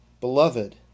Beloved